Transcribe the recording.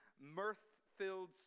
mirth-filled